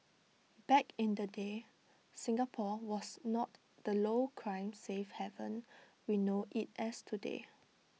back in the day Singapore was not the low crime safe haven we know IT as today